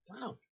Wow